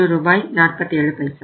47